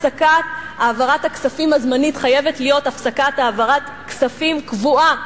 הפסקת העברת הכספים הזמנית חייבת להיות הפסקת העברת כספים קבועה.